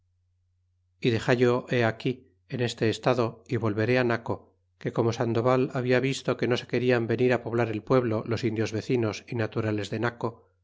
y dexallo he aquí en este estado y volveré naco que como sandoval habla visto que no se quer ian venir poblar el pueblo los indios vecinos y naturales de naco